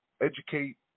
educate